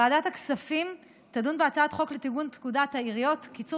ועדת הכספים תדון בהצעת חוק לתיקון פקודת העיריות (קיצור